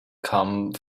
come